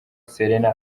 selena